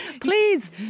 Please